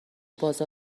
پاشم